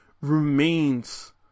remains